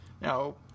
Now